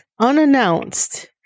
unannounced